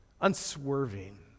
unswerving